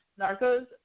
Narcos